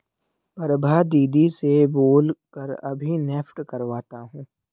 प्रभा दीदी से बोल कर अभी नेफ्ट करवाता हूं